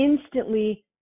instantly